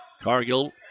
Cargill